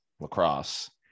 lacrosse